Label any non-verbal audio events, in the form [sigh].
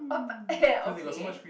[noise] eh okay